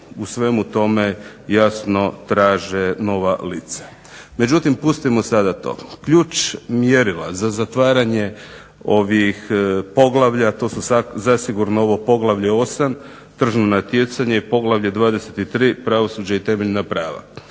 u svemu tome jasno traže nova lica. Međutim, pustimo sada to. Ključ mjerila za zatvaranje ovih poglavlja, to su zasigurno ovo poglavlje 8. Tržno natjecanje, i poglavlje 23. Pravosuđe i temeljna prava.